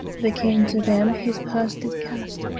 the king to them his purse did cast,